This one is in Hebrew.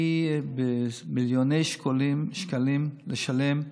אני משלם מיליוני שקלים,